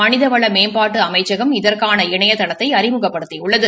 மனிதவள மேம்பாட்டு அமைச்சகம் இதற்கான இணையதளத்தை அறிமுகப்படுத்தியுள்ளது